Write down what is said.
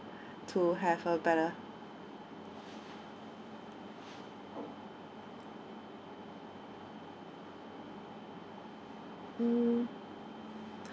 to have a better mm